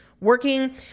working